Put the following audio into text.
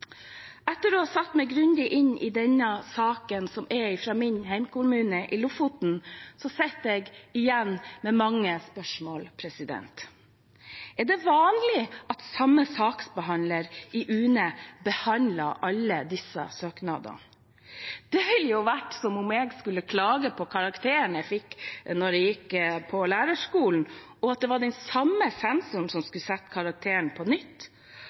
Etter å ha satt meg grundig inn i denne saken, som er fra min hjemkommune i Lofoten, sitter jeg igjen med mange spørsmål. Er det vanlig at samme saksbehandler i UNE behandler alle disse søknadene? Det ville jo ha vært som om jeg skulle klage på karakteren jeg fikk da jeg gikk på lærerskolen, og at det var den samme sensoren som skulle sette karakteren på nytt.